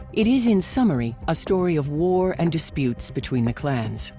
it is, in summary, a story of war and disputes between the clans.